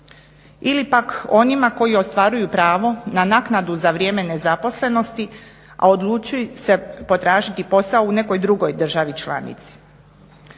Ili pak onima koji ostvaruju pravo na naknadu za vrijeme nezaposlenosti, a odlučili su se potražiti posao u nekoj drugoj državi članici.